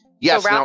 Yes